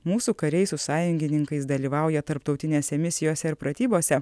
mūsų kariai su sąjungininkais dalyvauja tarptautinėse misijose ir pratybose